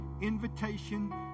invitation